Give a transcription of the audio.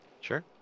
Sure